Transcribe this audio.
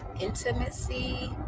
intimacy